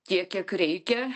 tiek kiek reikia